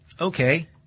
Okay